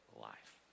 life